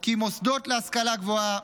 כי מוסדות להשכלה גבוהה,